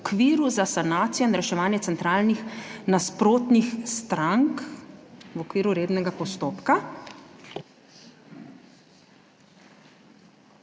za sanacijo in reševanje centralnih nasprotnih strank v okviru rednega postopka.